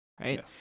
right